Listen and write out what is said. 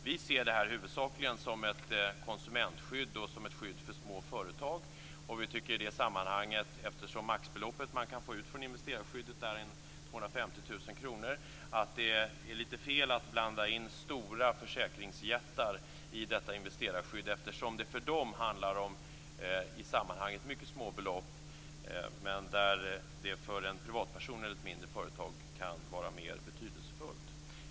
Vi ser detta huvudsakligen som ett konsumentskydd och som ett skydd för små företag och tycker i det sammanhanget att det, eftersom det maximala beloppet som man kan få ut från investerarskyddet är 250 000 kr, är lite fel att blanda in försäkringsjättar i detta investerarskydd. För dem handlar det om i sammanhanget mycket små belopp men för en privatperson eller ett mindre företag kan det vara mera betydelsefullt.